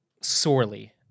sorely